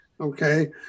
okay